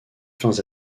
fins